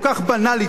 כל כך בנאלית,